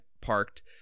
parked